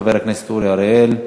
חבר הכנסת אורי אריאל.